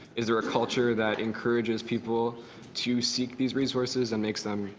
is there a culture that encourages people to seek these resources and makes them